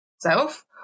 self